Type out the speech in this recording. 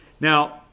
Now